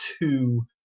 two